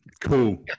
cool